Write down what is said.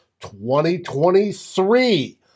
2023